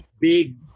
big